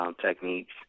techniques